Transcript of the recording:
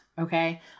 Okay